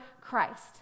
Christ